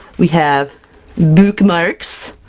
we have boo-kmarks!